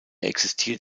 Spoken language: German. existiert